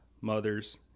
mothers